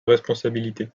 responsabilités